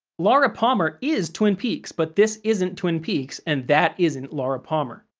laura palmer is twin peaks, but this isn't twin peaks and that isn't laura palmer.